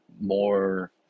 more